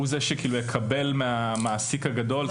הוא זה שיקבל מהמעסיק הגדול.